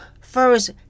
first